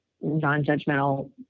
non-judgmental